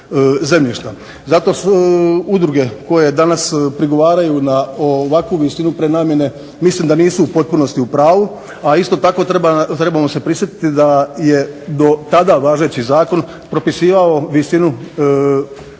Zato udruge koje danas prigovaraju na ovakvu visinu prenamjene mislim da nisu u potpunosti u pravu, a isto tako trebamo se prisjetiti da je do tada važeći zakon propisivao visinu naknade